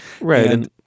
right